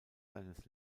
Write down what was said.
seines